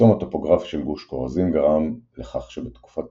המחסום הטופוגרפי של גוש כורזים גרם לכך שבתקופת